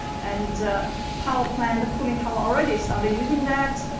and power plant, cooling tower, already started using that.